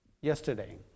Yesterday